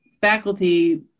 faculty